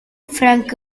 frank